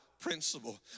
principle